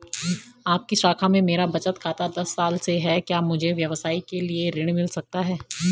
आपकी शाखा में मेरा बचत खाता दस साल से है क्या मुझे व्यवसाय के लिए ऋण मिल सकता है?